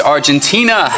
Argentina